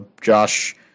Josh